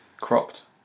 cropped